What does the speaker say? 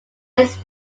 his